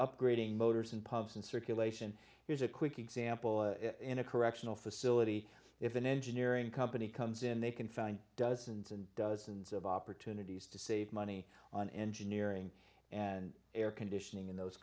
upgrading motors in pubs and circulation here's a quick example in a correctional facility if an engineering company comes in they can find dozens and dozens of opportunities to save money on engineering and air conditioning in those